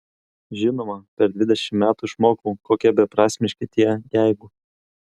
žinoma per dvidešimt metų išmokau kokie beprasmiški tie jeigu